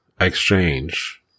exchange